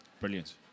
Brilliant